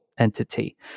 entity